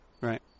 right